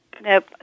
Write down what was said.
nope